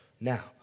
now